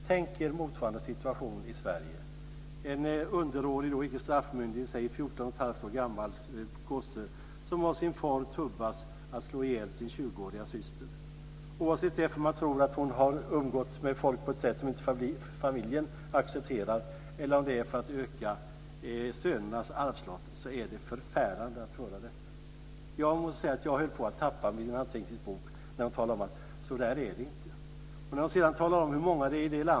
Tänk er motsvarande situation i Sverige: en underårig, icke straffmyndig, 141⁄2 år gammal gosse som av sin far tubbas att slå ihjäl sin 20-åriga syster. Oavsett om det är därför att man tror att hon har umgåtts med folk på ett sätt som familjen inte accepterar eller om det är för att öka sönernas arvslott är det förfärande att höra detta. Jag måste säga att jag höll på att tappa min anteckningsbok när de talade om detta.